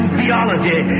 theology